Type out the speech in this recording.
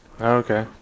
okay